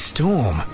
Storm